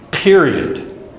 Period